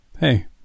hey